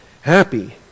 Happy